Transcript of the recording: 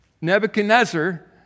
Nebuchadnezzar